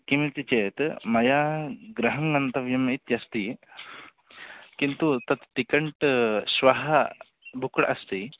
किमिति चेत् मया गृहं गन्तव्यम् इत्यस्ति किन्तु तत् टिकण्ट् श्वः बुक्ड् अस्ति